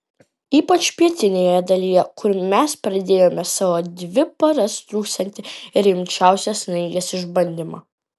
ypač pietinėje dalyje kur mes pradėjome savo dvi paras truksiantį rimčiausią snaigės išbandymą